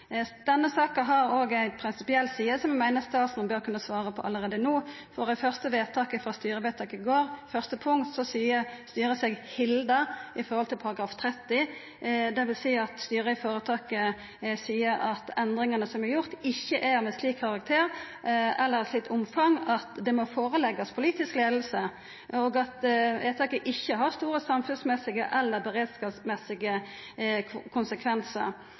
Denne saka har òg ei prinsipiell side, som eg meiner statsråden bør kunna svara på allereie no. I det første punktet i styrevedtaket i går seier styret i føretaket seg uhilda når det gjeld § 30, dvs. at endringane som er gjorde, ikkje er av ein slik karakter eller av eit slikt omfang at dei må leggjast fram for politisk leiing, og at vedtaket ikkje har store samfunnsmessige eller beredskapsmessige konsekvensar.